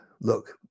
Look